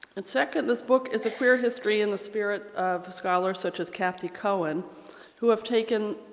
and second this book is a queer history in the spirit of scholars such as kathy cohen who have taken